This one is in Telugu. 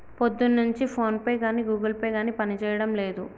పొద్దున్నుంచి ఫోన్పే గానీ గుగుల్ పే గానీ పనిజేయడం లేదు